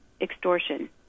Extortion